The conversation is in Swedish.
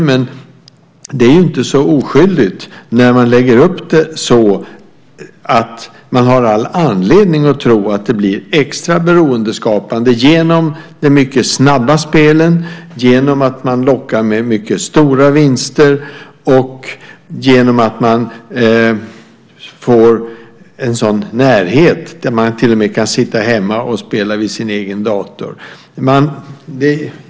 Men det är inte så oskyldigt när det läggs upp på ett sådant sätt att man har all anledning att tro att det blir extra beroendeskapande genom de mycket snabba spelen, genom att det lockas med mycket stora vinster och genom att man får en sådan närhet och till och med kan sitta hemma och spela vid sin egen dator.